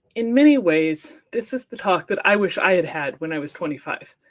in many ways, this is the talk that i wish i had had when i was twenty five.